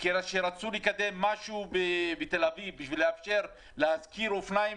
כשרצו לקדם ולאפשר בתל אביב השכרת אופניים